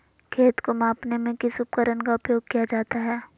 खेत को मापने में किस उपकरण का उपयोग किया जाता है?